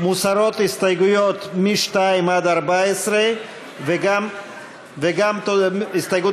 מוסרות הסתייגויות מ-2 עד 14 וגם הסתייגות